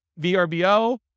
VRBO